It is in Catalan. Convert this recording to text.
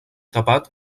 tapat